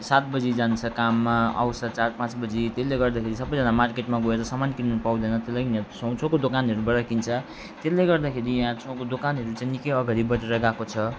सात बजी जान्छ काममा आउँछ चार पाँच बजी त्यसले गर्दाखेरि सबैजना मार्केटमा गएर सामान किन्न पाउँदैन त्यही लागि छेउ छेउको दोकानहरूबाट किन्छ त्यसले गर्दाखेरि यहाँ छेउको दोकानहरू चाहिँ निकै अगाडि बढेर गएको छ